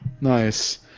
Nice